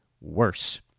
worse